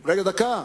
רגע, דקה.